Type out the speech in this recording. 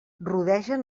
rodegen